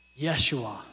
Yeshua